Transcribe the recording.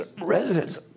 residents